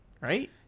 right